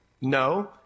no